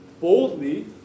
boldly